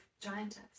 giantess